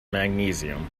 magnesium